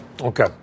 Okay